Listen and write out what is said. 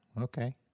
Okay